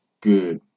good